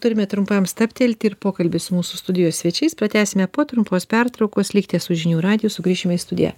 turime trumpam stabtelti ir pokalbį su mūsų studijos svečiais pratęsime po trumpos pertraukos likite su žinių radiju sugrįšime į studiją